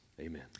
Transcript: amen